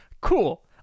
Cool